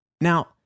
Now